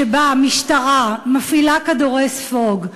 שבה משטרה מפעילה כדורי ספוג,